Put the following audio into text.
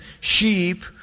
sheep